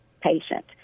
patient